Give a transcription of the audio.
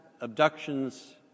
abductions